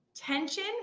tension